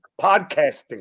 podcasting